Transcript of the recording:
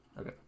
Okay